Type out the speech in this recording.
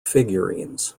figurines